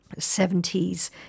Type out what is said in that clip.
70s